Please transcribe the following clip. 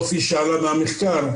או כפי שעלה מהמחקר,